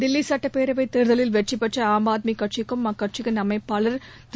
தில்லி சட்டப்பேரவைத் தேர்தலில் வெற்றி பெற்ற ஆம் ஆத்மி கட்சிக்கும் அக்கட்சியின் அமைப்பாளர் திரு